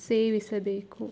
ಸೇವಿಸಬೇಕು